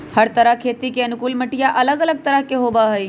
हर तरह खेती के अनुकूल मटिया अलग अलग तरह के होबा हई